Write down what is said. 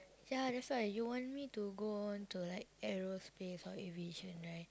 ya that's why you want to go on to like aerospace or aviation right